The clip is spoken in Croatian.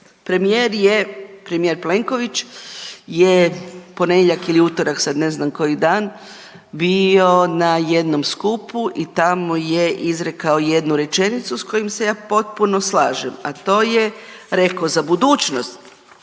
Premijer je, premijer Plenković je ponedjeljak ili utorak, sad ne znam koji dan bio na jednom skupu i tamo je izrekao jednu rečenicu s kojom se ja potpuno slažem, a to je rekao „Za budućnost